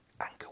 anchor